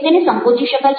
તેને સંકોચી શકાય છે